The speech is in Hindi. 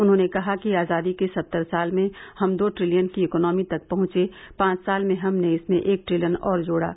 उन्होंने कहा कि आज़ादी के सत्तर साल में हम दो ट्रिलियन की इकॉनमी तक पहुंचे पांच साल में हमने इसमें एक ट्रिलियन और जोड़ा